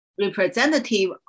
representative